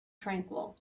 tranquil